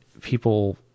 people